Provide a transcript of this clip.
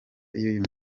uyu